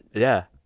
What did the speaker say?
yeah.